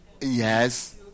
Yes